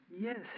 Yes